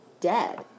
dead